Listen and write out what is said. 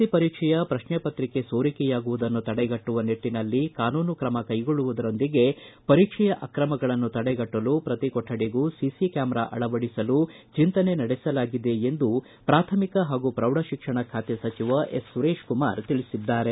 C ಪರೀಕ್ಷೆಯ ಪ್ರಶ್ನೆ ಪತ್ರಿಕೆ ಸೋರಿಕೆಯಾಗುವುದನ್ನು ತಡೆಗಟ್ಟಲು ಕಟ್ಟುನಿಟ್ಟನ ಕಾನೂನು ಕ್ರಮ ಕೈಗೊಳ್ಳುವುದರ ಜೊತೆಗೆ ಪರೀಕ್ಷೆಯ ಅಕ್ರಮಗಳನ್ನು ತಡೆಗಟ್ಟಲು ಪ್ರತಿ ಕೊಠಡಿಗೂ ಸಿಸಿ ಕ್ಯಾಮರಾ ಅಳವಡಿಸಲು ಚಿಂತನೆ ನಡೆಸಲಾಗಿದೆ ಎಂದು ಪ್ರಾಥಮಿಕ ಹಾಗೂ ಪ್ರೌಢ ಶಿಕ್ಷಣ ಖಾತೆ ಸಚಿವ ಸುರೇಶ್ಕುಮಾರ್ ತಿಳಿಸಿದ್ದಾರೆ